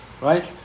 right